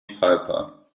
piper